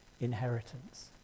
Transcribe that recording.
inheritance